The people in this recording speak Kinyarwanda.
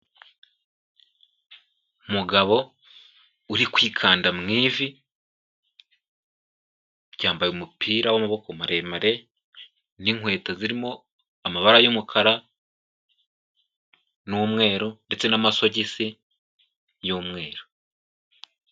Umugabo uri kwikanda mu ivi, yambaye umupira w'amaboko maremare n'inkweto zirimo amabara y'umukara n'umweru ndetse n'amasogisi y'umweru.